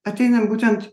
ateina būtent